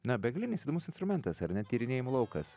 na begalinis įdomus instrumentas ar ne tyrinėjimų laukas